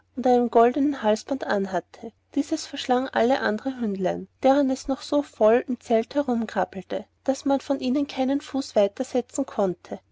und ein gölden halsband anhatte dieses verschlang alle andere hündlein deren es doch so voll im zelt herumkrabbelte daß man vor ihnen keinen fuß weiterssetzen konnte